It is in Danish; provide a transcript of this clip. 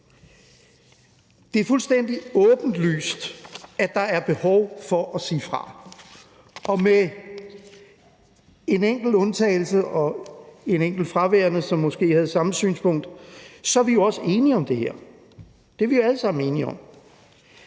Det er fuldstændig åbenlyst, at der er et behov for at sige fra, og med en enkelt undtagelse og en enkelt fraværende, som måske havde det samme synspunkt, så er vi jo også alle sammen enige om